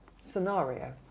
scenario